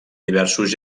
diversos